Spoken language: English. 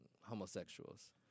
homosexuals